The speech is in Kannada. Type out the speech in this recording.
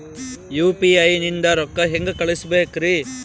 ಯು.ಪಿ.ಐ ನಿಂದ ರೊಕ್ಕ ಹೆಂಗ ಕಳಸಬೇಕ್ರಿ?